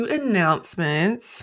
announcements